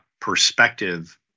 perspective